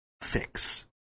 fix